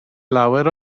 lawer